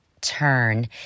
turn